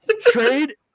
Trade